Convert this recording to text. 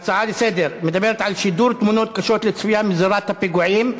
לסדר-היום מדברת על שידור תמונות קשות לצפייה מזירות הפיגועים.